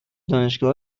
دانشگاه